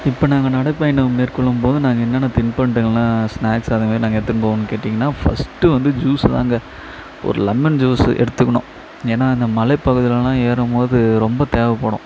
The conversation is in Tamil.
இப்போ நாங்கள் நடைப்பயணம் மேற்கொள்ளும் போது நாங்கள் என்னென்ன தின்பண்டங்கள்லாம் ஸ்னாக்ஸ் அதுமாரி நாங்கள் எடுத்துன்னு போவோன்னு கேட்டீங்கன்னா ஃபஸ்ட்டு வந்து ஜூஸு தாங்க ஒரு லெமன் ஜூஸு எடுத்துக்கணும் ஏன்னா அந்த மலை பகுதியிலலாம் ஏறும் போது ரொம்ப தேவைப்படும்